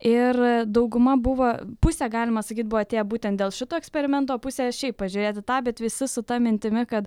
ir dauguma buvo pusė galima sakyt buvo atėję būtent dėl šito eksperimento pusė šiaip pažiūrėt į tą bet visi su ta mintimi kad